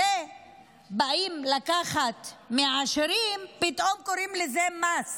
כשבאים לקחת מהעשירים, פתאום קוראים לזה מס,